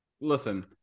Listen